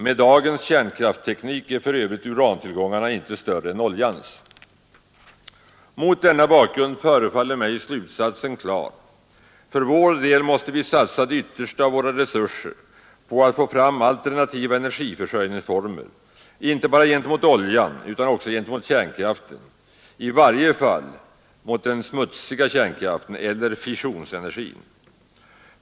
Med dagens kärnkraftteknik är för övrigt urantillgångarna inte större än tillgångarna på olja. Mot denna bakgrund förefaller mig slutsatsen klar: för vår del måste vi satsa det yttersta av våra resurser på att få fram alternativa energiförsörjningsformer, inte bara gentemot oljan utan också gentemot kärnkraften, i varje fall mot den smutsiga kärnkraften eller fissionsenergin.